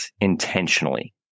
intentionally